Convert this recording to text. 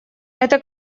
это